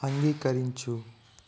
అంగీకరించు